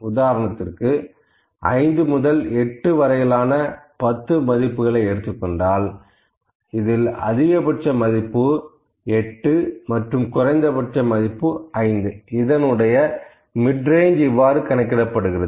உதாரணத்திற்கு 5 முதல் 8 வரையிலான 10 மதிப்புகளை எடுத்துக்கொண்டால் அதில் அதிகபட்ச மதிப்பு 8 மற்றும் குறைந்தபட்ச மதிப்பு 5 இதனுடைய மிட்ரேஞ்ச் இவ்வாறு கணக்கிடப்படுகிறது